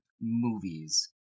movies